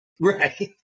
Right